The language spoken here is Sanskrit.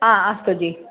हा अस्तु जि